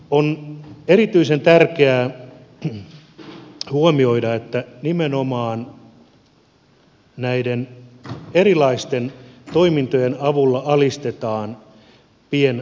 on erityisen tärkeää huomioida että nimenomaan näiden erilaisten toimintojen avulla alistetaan pientuottajia